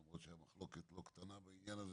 ולמרות שהייתה מחלוקת לא קטנה בעניין הזה,